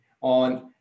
on